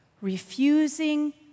refusing